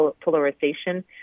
polarization